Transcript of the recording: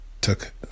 took